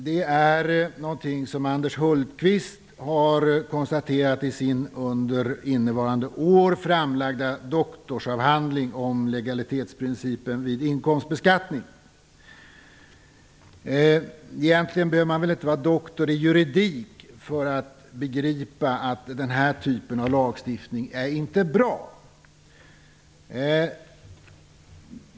Det är något som Anders Hultqvist har konstaterat i sin under innevarade år framlagda doktorsavhandling om legalitetsprincipen vid inkomstbeskattning. Egentligen behöver man inte vara doktor i juridik för att begripa att den här typen av lagstiftning inte är bra.